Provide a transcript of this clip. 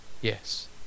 Yes